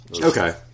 Okay